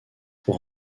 pour